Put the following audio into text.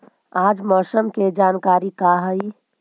आज मौसम के जानकारी का हई?